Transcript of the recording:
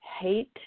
hate